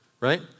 right